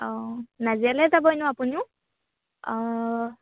অঁ নাজিৰালৈ যাবই ন আপুনিও